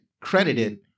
Credited